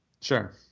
sure